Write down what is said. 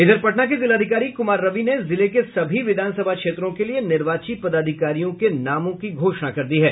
इधर पटना के जिलाधिकारी कुमार रवि ने जिले के सभी विधानसभा क्षेत्रों के लिए निर्वाची पदाधिकारियों के नामों की घोषणा कर दी है